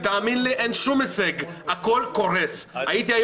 אתם לא רוצים לראות את זה.